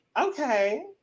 Okay